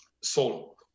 solo